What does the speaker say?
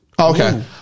okay